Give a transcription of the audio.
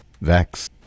Vex